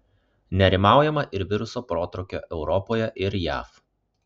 nerimaujama ir viruso protrūkio europoje ir jav